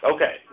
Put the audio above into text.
Okay